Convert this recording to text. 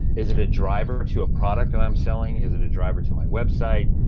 is it a driver to a product and i'm selling? is it a driver to my website?